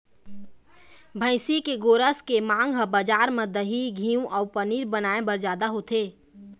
भइसी के गोरस के मांग ह बजार म दही, घींव अउ पनीर बनाए बर जादा होथे